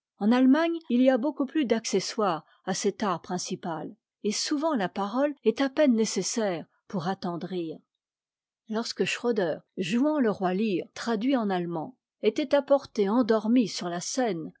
en allemagne il y a beaucoup plus d'accessoires à cet art principal et souvent la parole est à peine nécessaire pour attendrir lorsque schroeder jouant le roi lear traduit en allemand était apporté endormi sur ta scène